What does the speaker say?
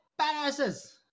badasses